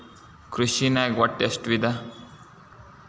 ಕೃಷಿನಾಗ್ ಒಟ್ಟ ಎಷ್ಟ ವಿಧ?